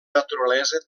naturalesa